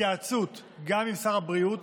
בהתייעצות גם עם שר הבריאות,